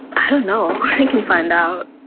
i don't know. we can find out.